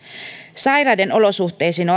sairaiden olosuhteisiin